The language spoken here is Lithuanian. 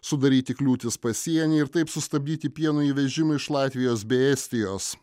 sudaryti kliūtis pasienyje ir taip sustabdyti pieno įvežimą iš latvijos bei estijos